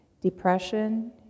Depression